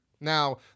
Now